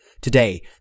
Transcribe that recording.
Today